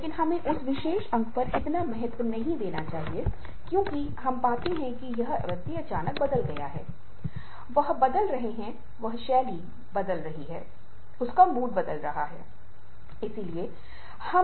और विशेष रूप से बड़े संगठन वे हैं जो प्रतिष्ठित फर्म हैं वे कर्मचारियों के जीवन संतुलन की तलाश में हैं अन्यथा प्रतिभाएं वहां नहीं रहेंगी वे बच जाएंगे